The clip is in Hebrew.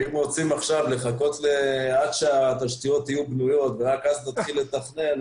ואם רוצים עכשיו לחכות עד שהתשתיות יהיו בנויות ורק אז נתחיל לתכנן,